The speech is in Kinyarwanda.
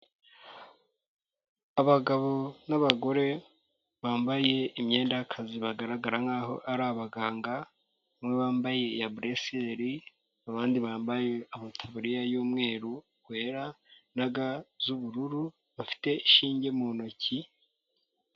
Abagabo n'abagore bambaye imyenda y'akazi bagaragara nkaho ari abaganga, bamwe bambaye iya buresiyeri, abandi bambaye amataburiya y'umweru wera na ga z'ubururu bafite inshinge mu ntoki.